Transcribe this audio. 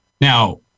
Now